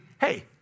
hey